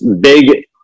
big